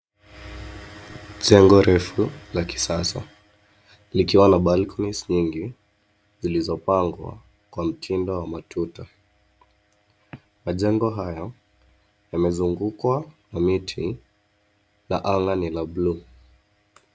Jengo refu la kisasa likiwa na balconies nyingi zilizopangwa kwa mtindo wa matuta. Majengo haya yamezungukwa na miti, na anga ni la blue .